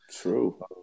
true